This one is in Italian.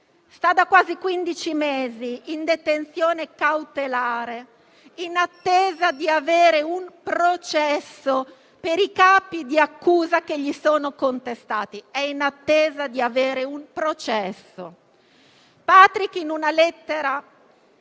è da quasi quindici mesi in detenzione cautelare, in attesa di avere un processo per i capi di accusa che gli sono contestati; è in attesa di avere un processo. In una lettera